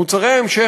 מוצרי ההמשך,